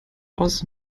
aus